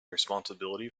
responsibility